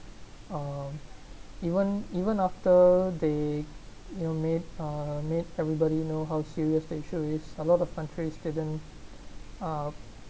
um even even after they you know made uh made everybody know how serious the issue is a lot of countries didn't uh